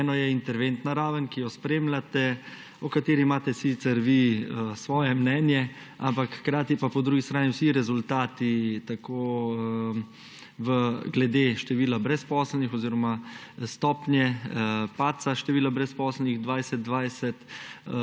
Eno je interventna raven, ki jo spremljate, o kateri imate sicer vi svoje mnenje, ampak hkrati po drugi strani vsi rezultati tako glede števila brezposelnih oziroma stopnje padca števila brezposelnih v